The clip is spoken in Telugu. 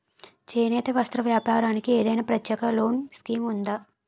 చేనేత వస్త్ర వ్యాపారానికి ఏదైనా ప్రత్యేక లోన్ స్కీం ఉందా?